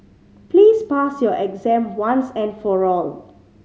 please pass your exam once and for all